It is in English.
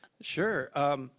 Sure